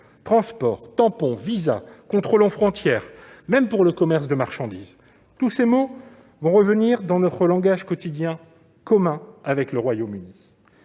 Passeports, tampons, visas, contrôle aux frontières- même pour le commerce de marchandises -sont autant de mots qui reviendront dans notre langage quotidien commun avec le Royaume-Uni.